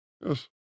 yes